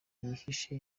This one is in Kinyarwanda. bihishe